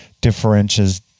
differences